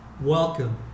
welcome